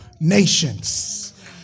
nations